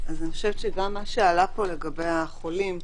גם מה שעלה פה לגבי החולים,